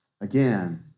Again